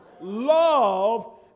love